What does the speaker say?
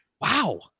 Wow